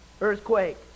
earthquake